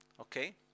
okay